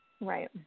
Right